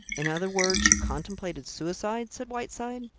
in other words, you contemplated suicide? said whiteside.